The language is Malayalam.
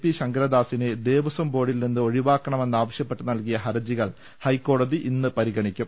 പി ശങ്കര ദാസിനെ ദേവസം ബോർഡിൽ നിന്ന് ഒഴിവാക്കണമെന്നാവശ്യ പ്പെട്ട് നൽകിയ ഹർജികൾ ഹൈക്കോടതി ഇന്ന് പരിഗണിക്കും